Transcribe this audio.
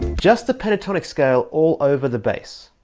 just the pentatonic scale all over the bass.